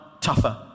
tougher